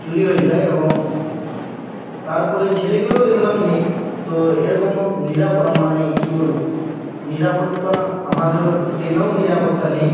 চুরি হয়ে যায় এবং তারপরে ছেলেগুলোও দেখলাম নেই তো এরকম নিরাপ মানে কী বলো নিরাপত্তা আমাদেরও ট্রেনেও নিরাপত্তা নেই